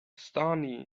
stani